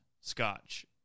scotch